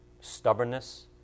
stubbornness